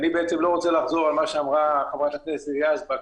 אני בעצם לא רוצה לחזור על מה שאמרה חברת הכנסת יזבק,